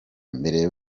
mbere